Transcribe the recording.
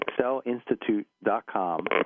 excelinstitute.com